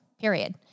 period